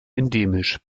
endemisch